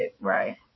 Right